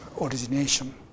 origination